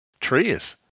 trees